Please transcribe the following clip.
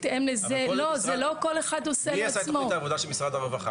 מי עשה את תוכנית העבודה של משרד הרווחה?